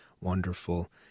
wonderful